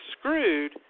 screwed